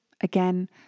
again